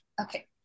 okay